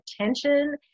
attention